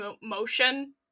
motion